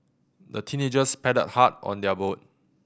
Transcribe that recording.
the teenagers paddled hard on their boat